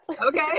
Okay